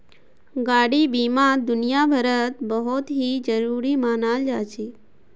गाडी बीमा दुनियाभरत बहुत ही जरूरी मनाल जा छे